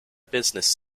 business